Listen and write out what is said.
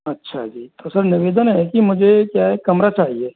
अच्छा जी तो सर निवेदन है कि मुझे क्या है कमरा चाहिए